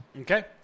Okay